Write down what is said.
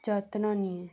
ଯତ୍ନ ନିଏ